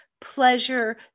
pleasure